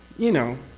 you know,